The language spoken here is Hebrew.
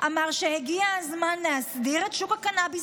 אמר ש"הגיע הזמן להסדיר את שוק הקנביס